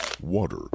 water